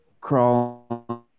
crawl